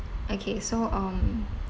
okay so um